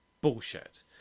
bullshit